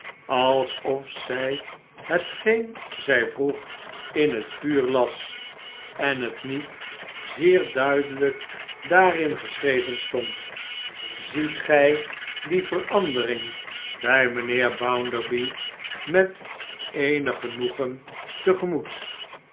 alsof zij hetgeen zij vroeg in het vuur las en het niet zeer duidelijk daarin geschreven stond ziet gij die verandering bij mijnheer bounderby met eenig genoegen